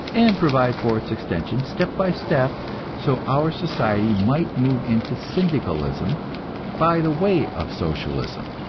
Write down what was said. and provide for its extension, step by step so our society might move into syndicalism by the way of socialism.